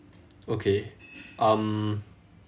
okay um